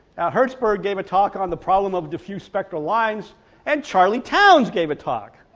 hertzberg gave a talk on the problem of defuse spectral lines and charlie towns gave a talk